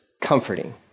comforting